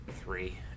three